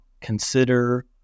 consider